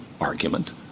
argument